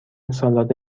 سالاد